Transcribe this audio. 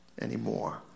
anymore